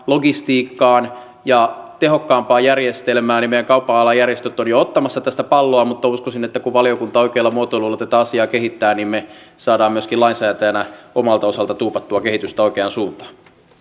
logistiikkaan ja tehokkaampaan järjestelmään meidän kaupan alan järjestömme ovat jo ottamassa tästä palloa mutta uskoisin että kun valiokunta oikealla muotoilulla tätä asiaa kehittää niin me saamme myöskin lainsäätäjänä omalta osalta tuupattua kehitystä oikeaan suuntaan